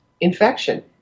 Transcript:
infection